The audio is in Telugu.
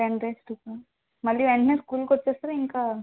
టెన్ డేస్ ట్రిప్పా మళ్ళీ వెంటనే స్కూల్కి వచ్చేస్తారా ఇంకా